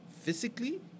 physically